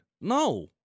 No